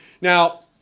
Now